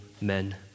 men